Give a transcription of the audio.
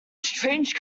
strange